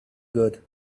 good